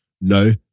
No